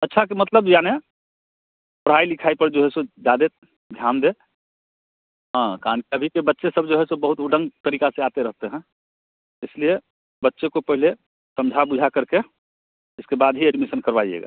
अच्छा के मतलब यानि पढ़ाई लिखाई पर जो है सो ज़्यादे ध्यान दे हाँ कान सभी के बच्चे सब जो है सब बहुत उदण्ड तरीका से आते रहते हैं इसलिए बच्चे को पहले समझा बुझा करके इसके बाद ही एडमीसन करवाइएगा